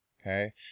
okay